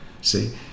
see